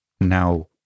now